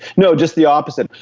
no, just the opposite,